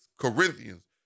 Corinthians